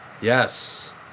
Yes